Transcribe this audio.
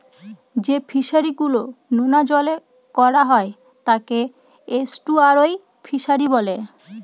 যে ফিশারি গুলো নোনা জলে করা হয় তাকে এস্টুয়ারই ফিশারি বলে